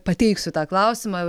pateiksiu tą klausimą